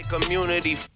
community